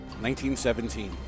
1917